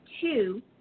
two